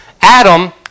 Adam